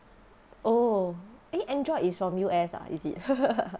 oh eh android is from U_S ah is it